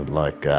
like ah,